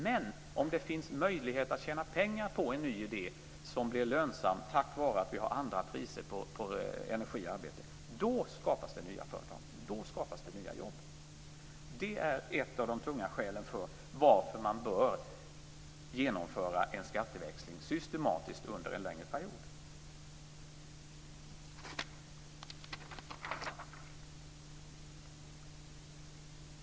Men om det finns möjlighet att tjäna pengar på en ny idé som blir lönsam tack vare att vi har andra priser på energi och arbete, då skapas det nya företag. Då skapas det nya jobb. Det är ett av de tunga skälen till att man bör genomföra en skatteväxling systematiskt under en längre period.